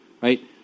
Right